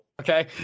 okay